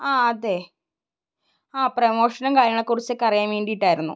ആ അതെ ആ പ്രമോഷനും കാര്യങ്ങളെ കുറിച്ചൊക്കെ അറിയാൻ വേണ്ടിയിട്ടായിരുന്നു